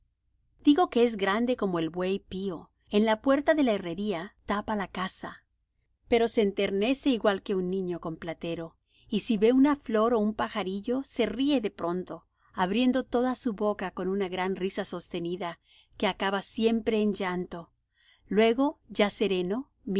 digo que es grande como el buey pío en la puerta de la herrería tapa la casa pero se enternece igual que un niño con platero y si ve una flor ó un pajarillo se ríe de pronto abriendo toda su boca con una gran risa sostenida que acaba siempre en llanto luego ya sereno